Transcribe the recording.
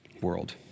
world